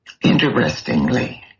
Interestingly